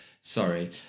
sorry